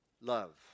love